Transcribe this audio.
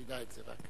רק תדע את זה.